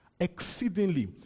exceedingly